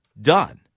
done